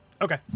Okay